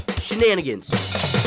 shenanigans